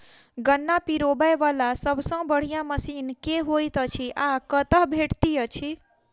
गन्ना पिरोबै वला सबसँ बढ़िया मशीन केँ होइत अछि आ कतह भेटति अछि?